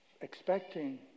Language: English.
expecting